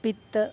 पित्तं